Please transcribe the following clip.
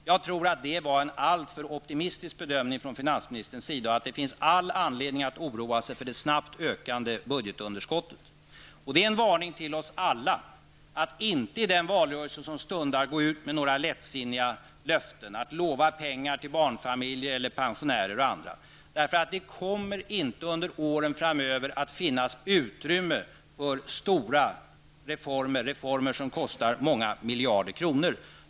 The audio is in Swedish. Jag tror att det var en alltför optimistisk bedömning från finansministerns sida och att det finns all anledning att oroa sig för det snabbt ökande budgetunderskottet. Det är en varning till oss alla -- att inte i den valrörelse som stundar gå ut med några lättsinniga löften, att inte lova pengar till barnfamiljer, pensionärer eller andra. Det kommer inte under åren framöver att finnas utrymme för stora reformer, som kostar många miljarder kronor.